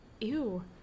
Ew